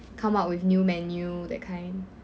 come up with new menu that kind